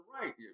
right